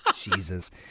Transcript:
Jesus